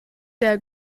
der